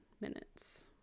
minutes